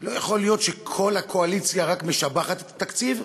לא יכול להיות שכל הקואליציה רק משבחת את התקציב,